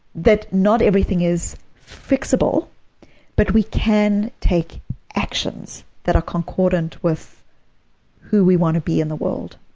that not everything is fixable but we can take actions that are concordant with who we want to be in the world.